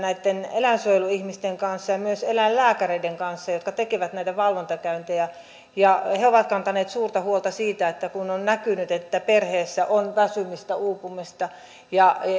eläinsuojeluihmisten kanssa ja myös eläinlääkäreiden kanssa jotka tekevät näitä valvontakäyntejä he ovat kantaneet suurta huolta siitä kun on näkynyt että perheessä on väsymistä uupumista ja